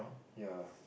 ya